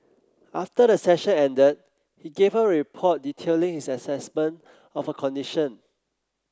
after the session ended he gave her a report detailing his assessment of her condition